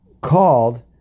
called